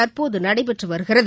தற்போதுநடைபெற்றுவருகிறது